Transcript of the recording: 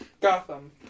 Gotham